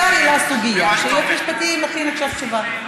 השר העלה סוגיה, והיועץ המשפטי מכין עכשיו תשובה.